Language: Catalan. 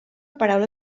paraula